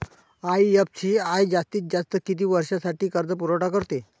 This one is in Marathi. आय.एफ.सी.आय जास्तीत जास्त किती वर्षासाठी कर्जपुरवठा करते?